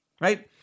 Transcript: right